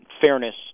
fairness